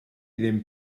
ddim